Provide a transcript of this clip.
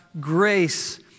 grace